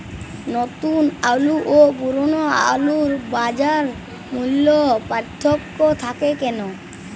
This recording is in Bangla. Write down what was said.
নতুন আলু ও পুরনো আলুর বাজার মূল্যে পার্থক্য থাকে কেন?